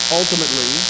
ultimately